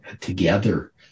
together